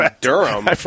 Durham